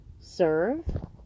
serve